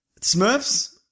Smurfs